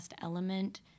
element